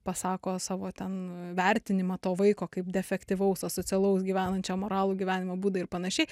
pasako savo ten vertinimą to vaiko kaip defektyvaus asocialaus gyvenančio amoralų gyvenimo būdą ir panašiai